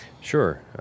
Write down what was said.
Sure